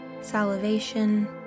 salivation